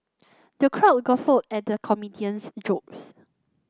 the crowd guffawed at the comedian's jokes